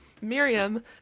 Miriam